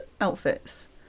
outfits